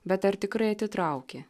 bet ar tikrai atitraukė